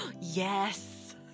Yes